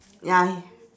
ya